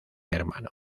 hermano